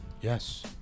Yes